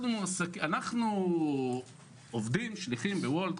אנחנו עובדים כשליחים בוולט,